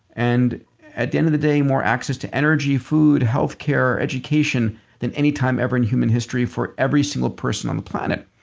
and at the end of the day, more access to energy, food, healthcare, education than anytime ever in human history for every single person on the planet.